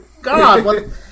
God